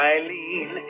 Eileen